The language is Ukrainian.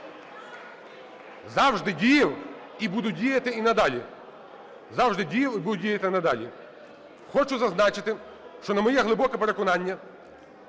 Завжди діяв і буду діяти і надалі. Хочу зазначити, що, на моє глибоке переконання,